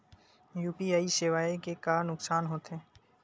UPI सेवाएं के का नुकसान हो थे?